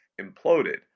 imploded